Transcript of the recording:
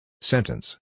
Sentence